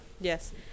Yes